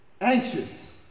anxious